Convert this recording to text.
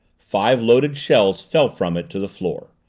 five loaded shells fell from it to the floor.